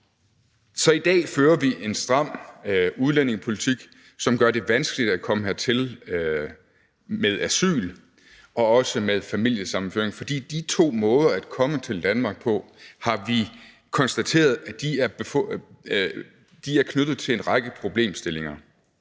Så i dag fører vi en stram udlændingepolitik, som gør det vanskeligt at komme hertil og få asyl og også familiesammenføring, for de to måder at komme til Danmark på har vi konstateret er knyttet til en række problemstillinger.